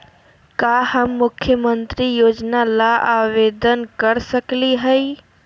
का हम मुख्यमंत्री योजना ला आवेदन कर सकली हई?